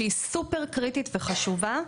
שהיא סופר קריטית וחשובה.